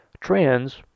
trans